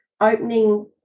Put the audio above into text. opening